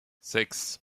sechs